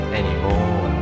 anymore